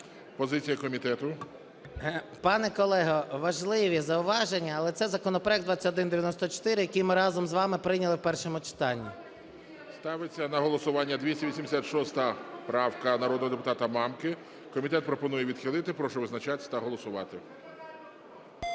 СОЛЬСЬКИЙ М.Т. Пане колего, важливі зауваження. Але це законопроект 2194, який ми разом з вами прийняли в першому читанні. ГОЛОВУЮЧИЙ. Ставиться на голосування 286 правка народного депутата Мамки. Комітет пропонує відхилити. Прошу визначатись та голосувати.